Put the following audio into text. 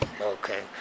Okay